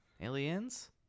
Aliens